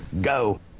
go